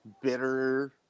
bitter